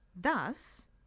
thus